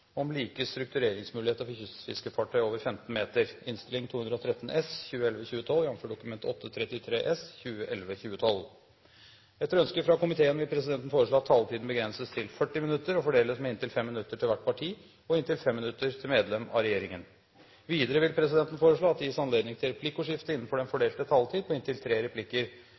om ordet til sak nr. 2. Etter ønske fra kommunal- og forvaltningskomiteen vil presidenten foreslå at taletiden begrenses til 40 minutter og fordeles med inntil 5 minutter til hvert parti og inntil 5 minutter til medlem av regjeringen. Videre vil presidenten foreslå at det gis anledning til replikkordskifte på inntil tre replikker med svar etter innlegg fra medlem av regjeringen innenfor den fordelte taletid. Videre blir det foreslått at de som måtte tegne seg på